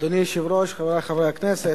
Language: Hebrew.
אדוני היושב-ראש, חברי חברי הכנסת,